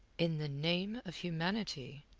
in the name of humanity,